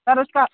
sir उसका